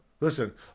Listen